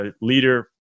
leader